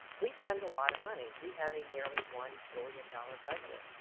we spend a lot of money. we have a nearly one billion dollar budget.